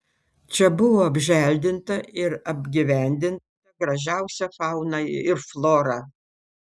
čia buvo apželdinta ir apgyvendinta gražiausia fauna ir flora